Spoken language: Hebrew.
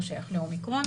לא שייך ל-אומיקרון.